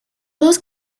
those